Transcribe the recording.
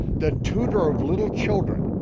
the tutor of little children,